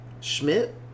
Schmidt